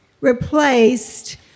replaced